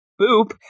boop